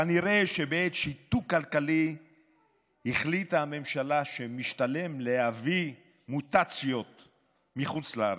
כנראה שבעת שיתוק כלכלי החליטה הממשלה שמשתלם להביא מוטציות מחוץ לארץ,